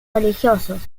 religiosos